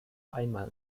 einmal